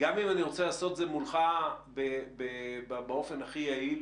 גם אם הוא רוצה לעשות את זה מולך באופן הכי יעיל.